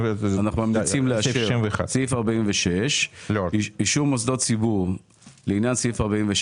רשימת אישור מוסדות ציבור לעניין סעיף 46,